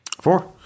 Four